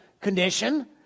condition